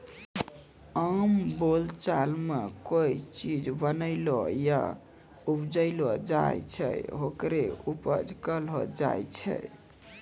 आम बोलचाल मॅ कोय चीज बनैलो या उपजैलो जाय छै, होकरे उपज कहलो जाय छै